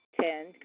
Ten